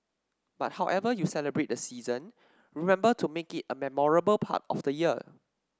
but however you celebrate the season remember to make it a memorable part of the year